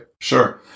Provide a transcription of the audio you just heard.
sure